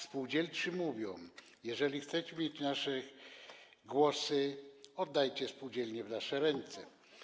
Spółdzielcy mówią: jeżeli chcecie mieć nasze głosy, oddajcie spółdzielnie w nasze ręce.